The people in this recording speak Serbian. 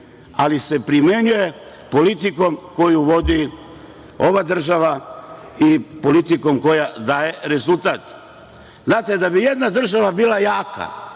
ali se primenjuje politikom koju vodi ova država i politikom koja daje rezultat. Znate, da bi jedna država bila jaka,